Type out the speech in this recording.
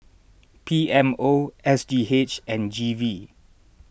P M O S G H and G V